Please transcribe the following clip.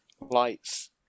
Lights